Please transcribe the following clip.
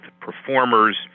performers